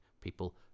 people